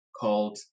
called